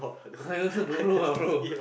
I also don't know lah bro